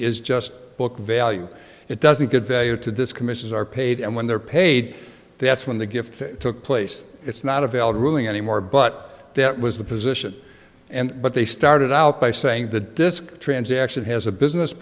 is just book value it doesn't get value to this commissions are paid and when they're paid that's when the gift took place it's not a veiled ruling anymore but that was the position and but they started out by saying the disc transaction has a business